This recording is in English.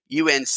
UNC